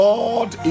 Lord